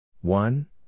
One